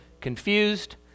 confused